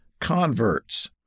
converts